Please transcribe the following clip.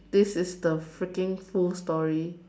this is the freaking whole story